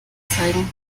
anzeigen